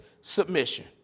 submission